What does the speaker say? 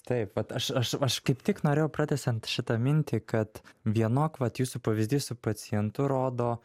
taip vat aš aš aš kaip tik norėjau pratęsiant šitą mintį kad vienok vat jūsų pavyzdys su pacientu rodo